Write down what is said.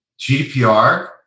GDPR